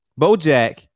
Bojack